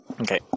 Okay